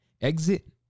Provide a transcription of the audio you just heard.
Exit